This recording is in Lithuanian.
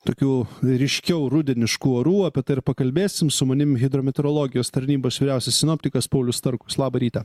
tokių ryškiau rudeniškų orų apie tai ir pakalbėsim su manim hidrometeorologijos tarnybos vyriausias sinoptikas paulius starkus labą rytą